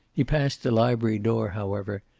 he passed the library door, however,